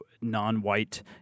non-white